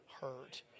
hurt